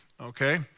okay